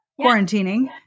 quarantining